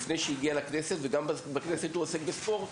לפני שהגיע לכנסת וגם בכנסת הוא עוסק בספורט,